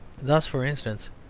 thus, for instance,